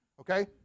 okay